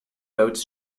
votes